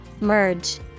Merge